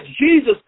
Jesus